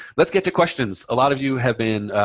let's get to questions. a lot of you have been